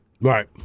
Right